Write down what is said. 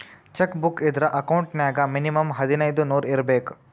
check book ಇದ್ರ account ನ್ಯಾಗ minimum ಹದಿನೈದ್ ನೂರ್ ಇರ್ಬೇಕು